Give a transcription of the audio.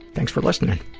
thanks for listening.